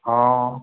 हा